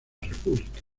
república